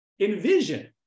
Envision